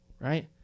right